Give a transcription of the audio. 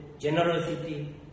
generosity